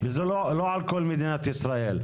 וזה לא על כל מדינת ישראל.